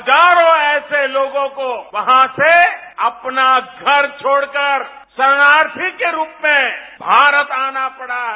हजारों ऐसे लोगों को वहां से अपना घर छोड़कर शरणार्थी के रूप में भारत आना पड़ा है